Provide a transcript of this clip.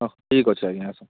ହଉ ଠିକ୍ ଅଛି ଆଜ୍ଞା ଆସନ୍